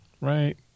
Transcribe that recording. right